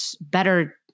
better